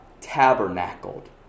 tabernacled